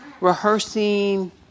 rehearsing